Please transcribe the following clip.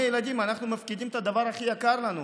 אנחנו מפקידים את הדבר הכי יקר לנו,